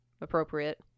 appropriate